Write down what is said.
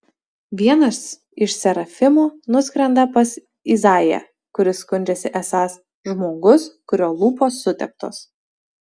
vienas iš serafimų nuskrenda pas izaiją kuris skundžiasi esąs žmogus kurio lūpos suteptos